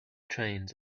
trains